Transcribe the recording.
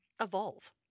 evolve